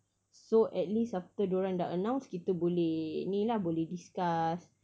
so at least after dia orang dah announce kita boleh ni lah boleh discuss